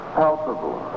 palpable